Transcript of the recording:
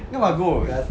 kan bagus